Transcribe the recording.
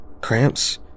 Cramps